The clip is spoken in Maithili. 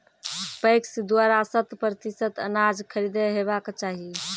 पैक्स द्वारा शत प्रतिसत अनाज खरीद हेवाक चाही?